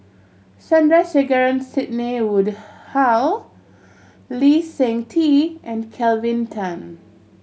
Sandrasegaran Sidney Woodhull Lee Seng Tee and Kelvin Tan